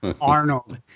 arnold